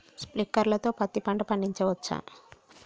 Sprinkler తో పత్తి పంట పండించవచ్చా?